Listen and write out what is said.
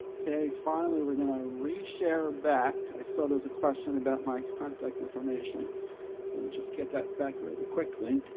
okay, finally, we're going to reshare back i saw, there's a question about my contact information. so let me just get that back really quickly.